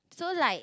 so like